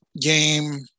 game